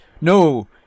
no